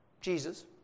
Jesus